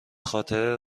خاطره